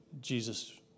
Jesus